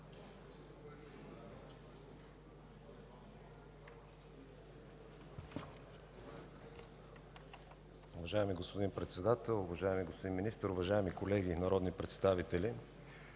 Уважаеми господин Председател, уважаеми господин Министър, уважаеми колеги народни представители!